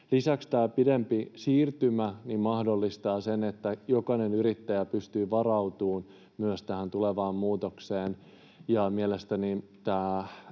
Lisäksi tämä pidempi siirtymä mahdollistaa sen, että jokainen yrittäjä pystyy varautumaan myös tähän tulevaan muutokseen.